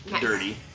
Dirty